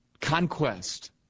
conquest